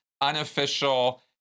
unofficial